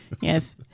Yes